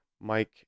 Mike